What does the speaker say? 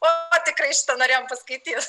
o tikrai šitą norėjom paskaityt